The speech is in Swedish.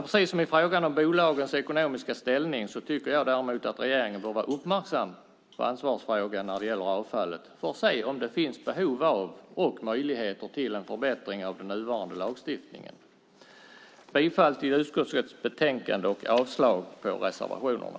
Precis som i fråga om bolagens ekonomiska ställning tycker jag att regeringen bör vara uppmärksam på ansvarsfrågan när det gäller avfallet för att se om det finns behov av och möjligheter till en förbättring av den nuvarande lagstiftningen. Jag yrkar bifall till utskottets förslag i betänkandet och avslag på reservationerna.